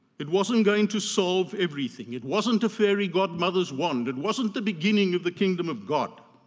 it wasn't going to solve everything, it wasn't a fairy godmother's wand, it wasn't the beginning of the kingdom of god,